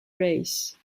race